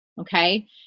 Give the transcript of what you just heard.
okay